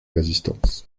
résistance